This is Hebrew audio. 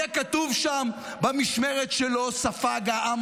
יהיה כתוב שם: במשמרת שלו ספג העם